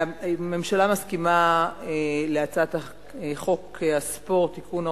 הממשלה מסכימה להצעת חוק הספורט (תיקון,